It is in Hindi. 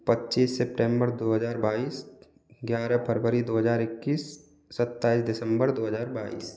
पच्चीस सेपटेंबर दो हज़ार बाईस ग्यारह फरवरी दो हज़ार इक्कीस सत्ताईस दिसम्बर दो हज़ार बाईस